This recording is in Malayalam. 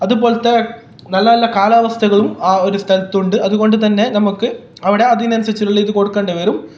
അതുപോലത്തെ നല്ല നല്ല കാലാവസ്ഥകളും ആ ഒരു സ്ഥലത്തുണ്ട് അതുകൊണ്ട് തന്നെ നമുക്ക് അവിടെ അതിനനുസരിച്ചുള്ള ഇത് കൊടുക്കേണ്ടി വരും